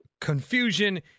confusion